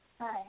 Hi